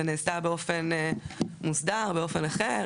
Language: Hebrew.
זה נעשה באופן מוסדר, באופן אחר.